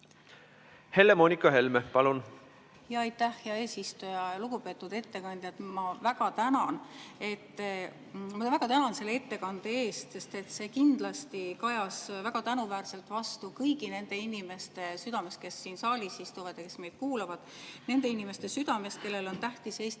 Helle-Moonika Helme, palun! Aitäh, hea eesistuja! Lugupeetud ettekandja! Ma väga tänan selle ettekande eest, sest see kindlasti kajas väga tänuväärselt vastu kõigi nende inimeste südames, kes siin saalis istuvad ja kes meid kuulavad, nende inimeste südames, kellele on tähtis eesti